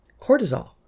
Cortisol